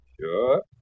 Sure